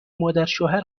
مادرشوهر